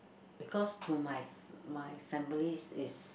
because to my my families is